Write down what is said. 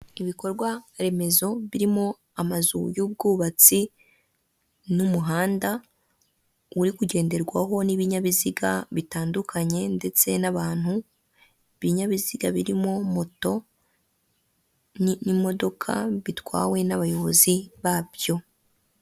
Ibikorwa remezo birimo amazu y'ubwubatsi n'umuhanda uri kugenderwaho n'ibinyabiziga bitandukanye ndetse n'abantu, ibinyabiziga birimo moto n'imodoka bitwawe n'abayobozi babyo.